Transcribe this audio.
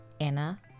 Anna